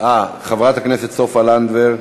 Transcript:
(משלוח התראת תשלום לצרכן),